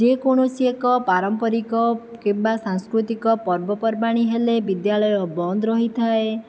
ଯେକୌଣସି ଏକ ପାରମ୍ପାରିକ କିମ୍ବା ସାଂସ୍କୃତିକ ପର୍ବପର୍ବାଣି ହେଲେ ବିଦ୍ୟାଳୟ ବନ୍ଦ ରହିଥାଏ